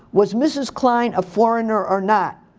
was mrs. klein a foreigner or not?